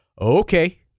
Okay